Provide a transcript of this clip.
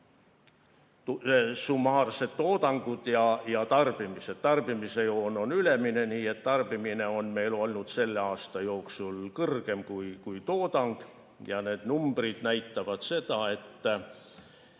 summaarsed toodangud ja tarbimised. Tarbimise joon on ülemine, nii et tarbimine on meil olnud selle aasta jooksul suurem kui toodang. Ja need numbrid näitavad seda, et